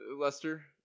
lester